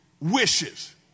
wishes